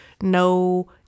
no